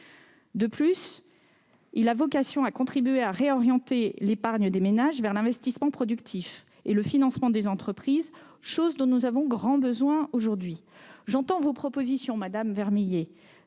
réforme a vocation à contribuer à réorienter l'épargne des ménages vers l'investissement productif et le financement des entreprises, chose dont nous avons grand besoin aujourd'hui. J'entends vos propositions, madame Vermeillet,